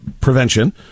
Prevention